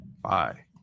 Bye